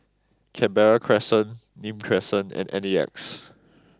Canberra Crescent Nim Crescent and N E X